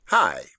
Hi